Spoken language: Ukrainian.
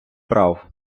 прав